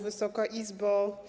Wysoka Izbo!